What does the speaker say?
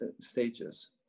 stages